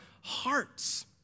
hearts